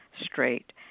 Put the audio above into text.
straight